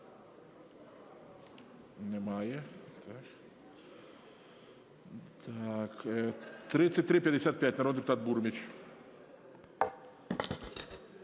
Немає. 3355, народний депутат Бурміч.